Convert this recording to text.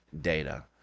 data